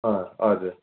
अँ हजुर